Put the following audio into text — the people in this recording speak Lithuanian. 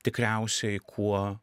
tikriausiai kuo